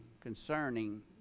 concerning